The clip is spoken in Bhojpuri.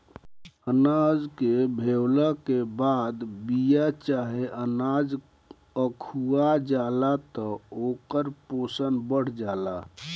अनाज के भेवला के बाद बिया चाहे अनाज अखुआ जाला त ओकर पोषण बढ़ जाला